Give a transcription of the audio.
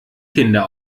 kinder